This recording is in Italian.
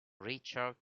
richard